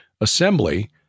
assembly